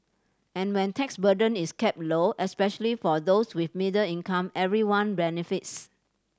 and when tax burden is kept low especially for those with middle income everyone benefits